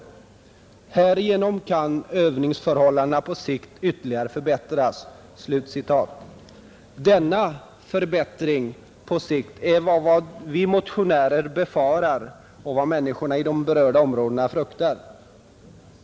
Härigenom kan övningsförhållandena på sikt ytterligare förbättras Denna ”förbättring” på sikt är vad vi motionärer befarar och vad människorna i de berörda områdena fruktar.